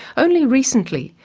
only recently,